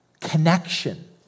connection